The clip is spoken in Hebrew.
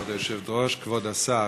כבוד היושבת-ראש, כבוד השר,